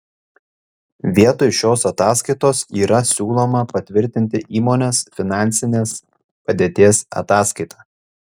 vietoj šios ataskaitos yra siūloma patvirtinti įmonės finansinės padėties ataskaitą